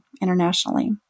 internationally